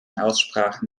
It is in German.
aussprachen